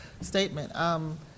statement